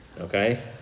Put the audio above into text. okay